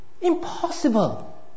Impossible